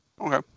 Okay